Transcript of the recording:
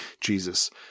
Jesus